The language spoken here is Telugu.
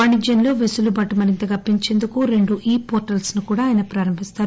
వాణిజ్యంలో వెసులుబాటు మరింతగా పెంచేందుకు రెండు ఈ పోర్టల్ప్ ను కూడా ఆయన ప్రారంభింస్తారు